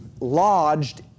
lodged